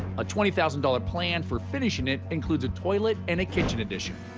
a twenty thousand dollars plan for finishing it includes a toilet and a kitchen addition.